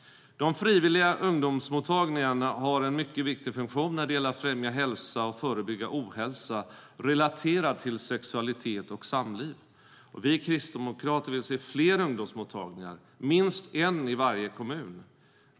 De frivilliga ungdomsmottagningarna har en mycket viktig funktion när det gäller att främja hälsa och förebygga ohälsa relaterad till sexualitet och samliv. Vi kristdemokrater vill se fler ungdomsmottagningar, minst en i varje kommun.